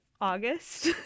August